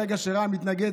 ברגע שרע"מ מתנגדת,